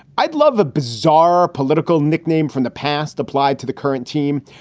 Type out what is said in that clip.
i'd love the bizarre political nickname from the past applied to the current team.